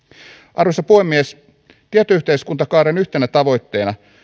arvoisa puhemies tietoyhteiskuntakaaren yhtenä tavoitteena